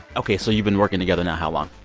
ok, so you've been working together now how long?